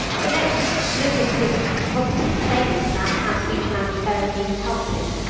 but, let's look at his positive statement about how speech-language therapy helped him.